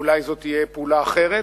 אולי זאת תהיה פעולה אחרת,